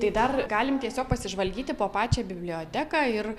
tai dar galim tiesiog pasižvalgyti po pačią biblioteką ir